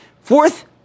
Fourth